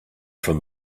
from